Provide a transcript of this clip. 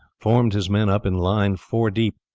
formed his men up in line four deep,